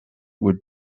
would